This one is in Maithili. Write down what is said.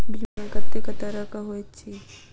बीमा कत्तेक तरह कऽ होइत छी?